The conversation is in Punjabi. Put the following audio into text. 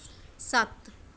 ਸੱਤ